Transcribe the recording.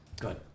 Good